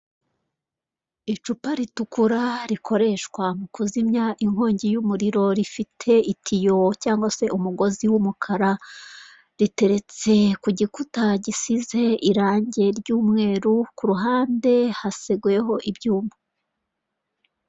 Icyapa kiriho amafoto atatu magufi y'abagabo babiri uwitwa KABUGA n 'uwitwa BIZIMANA bashakishwa kubera icyaha cya jenoside yakorewe abatutsi mu Rwanda.